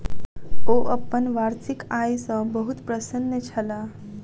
ओ अपन वार्षिक आय सॅ बहुत प्रसन्न छलाह